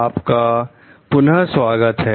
आपका पुनः स्वागत है